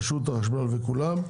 רשות החשמל וכולם.